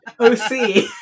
OC